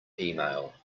email